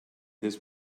this